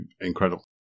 incredible